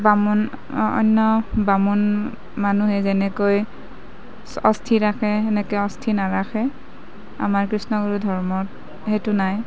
বামুণ অন্য বামুণ মানুহে যেনেকৈ অস্থি ৰাখে সেনেকৈ অস্থি নাৰাখে আমাৰ কৃষ্ণ গুৰু ধৰ্মত সেইটো নাই